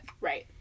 Right